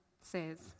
says